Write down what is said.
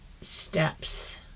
steps